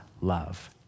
love